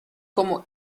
como